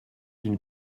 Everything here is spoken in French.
une